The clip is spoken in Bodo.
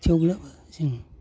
थेवब्लाबो जों